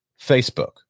Facebook